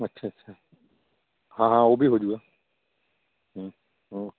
ਅੱਛਾ ਅੱਛਾ ਹਾਂ ਹਾਂ ਉਹ ਵੀ ਹੋਜੂਗਾ ਹੂੰ ਹੂੰ